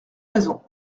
raison